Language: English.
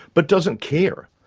but doesn't care.